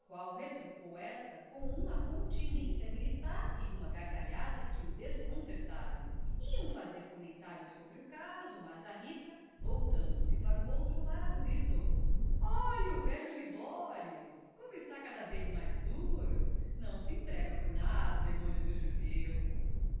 qual retrucou esta com uma continência militar e uma gargalhada que o desconcertaram iam fazer comentários sobre o caso mas a rita voltando-se para o outro lado gritou olha o velho libório como está cada vez mais duro não se entrega por nada o demônio do judeu